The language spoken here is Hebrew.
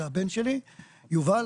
זה הבן שלי, יובל.